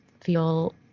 feel